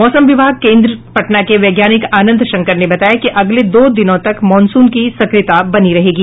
मौसम विज्ञान केन्द्र पटना के वैज्ञानिक आनंद शंकर ने बताया कि अगले दो दिनों तक मॉनसून की सक्रियता बनी रहेगी